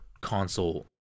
console